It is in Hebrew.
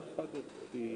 סיעתית.